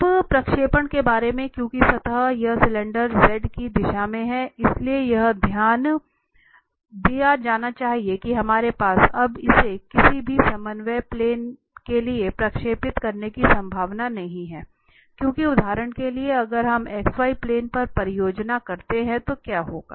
अब प्रक्षेपण के बारे में क्योंकि सतह यह सिलेंडर z की दिशा में है इसलिए यह ध्यान दिया जाना चाहिए कि हमारे पास अब इसे किसी भी समन्वय प्लेन के लिए प्रक्षेपित करने की संभावना नहीं है क्योंकि उदाहरण के लिए अगर हम xy प्लेन पर परियोजना करते हैं तो क्या होगा